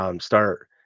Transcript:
Start